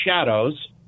shadows